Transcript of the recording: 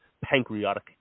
pancreatic